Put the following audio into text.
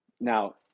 Now